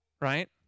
Right